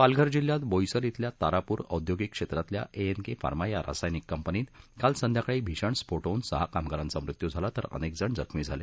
पालघर जिल्ह्यात बोईसर शिल्या तारापूर औद्योगिक क्षेत्रातल्या ए एन के फार्मा या रसायन कंपनीत काल संध्याकाळी भीषण स्फोट होऊन सहा कामगारांचा मृत्यू झाला तर अनेक जण जखमी झाले